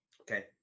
Okay